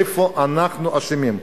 איפה אנחנו אשמים.